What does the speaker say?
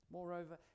Moreover